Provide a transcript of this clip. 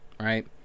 right